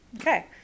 Okay